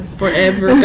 forever